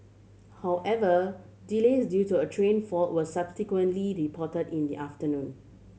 however delays due to a train fault were subsequently reported in the afternoon